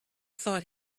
thought